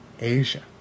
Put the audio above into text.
Asia